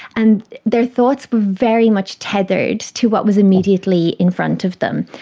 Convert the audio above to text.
and their thoughts were very much tethered to what was immediately in front of them.